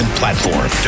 platform